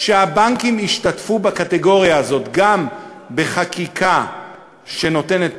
שהבנקים ישתתפו בקטגוריה הזאת, גם בחקיקה שנותנת